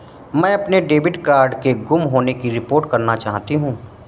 मैं अपने debit card के गुम होने की रिपोर्ट करना चाहती हूँ